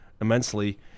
immensely